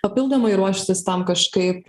papildomai ruoštis tam kažkaip